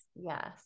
yes